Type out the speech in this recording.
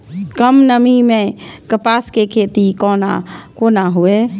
कम नमी मैं कपास के खेती कोना हुऐ?